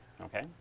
okay